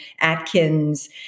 Atkins